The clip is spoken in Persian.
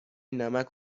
نمک